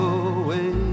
away